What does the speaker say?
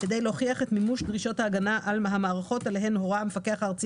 כדי להוכיח את מימוש דרישות ההגנה על המערכות עליהן הורה המפקח הארצי